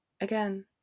again